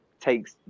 takes